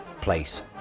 place